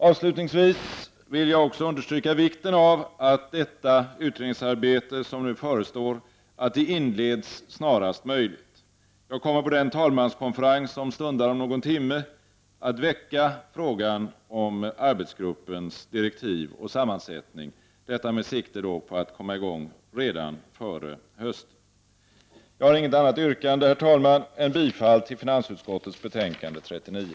Avslutningsvis vill jag också understryka vikten av att det utredningsarbete som nu förestår inleds snarast möjligt. Jag kommer på den talmanskonferens som stundar om någon timme att väcka frågan om arbetsgruppens direktiv och sammansättning — detta med sikte på att komma i gång redan före hösten. Herr talman! Jag har inget annat yrkande än bifall till hemställan i finansutskottets betänkande 39.